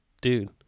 dude